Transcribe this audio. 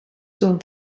zum